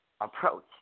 approach